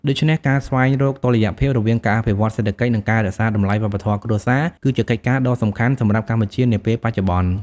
ដូច្នេះ ការស្វែងរកតុល្យភាពរវាងការអភិវឌ្ឍសេដ្ឋកិច្ច និងការរក្សាតម្លៃវប្បធម៌គ្រួសារ គឺជាកិច្ចការដ៏សំខាន់សម្រាប់កម្ពុជានាពេលបច្ចុប្បន្ន។